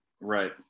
Right